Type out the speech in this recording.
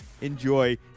enjoy